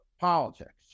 politics